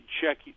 check